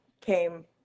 came